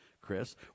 Chris